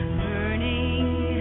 burning